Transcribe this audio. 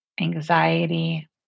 anxiety